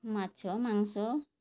ମାଛ ମାଂସ